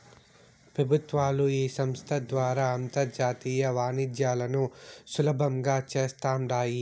పెబుత్వాలు ఈ సంస్త ద్వారా అంతర్జాతీయ వాణిజ్యాలను సులబంగా చేస్తాండాయి